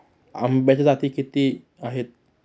आंब्याच्या जाती किती आहेत?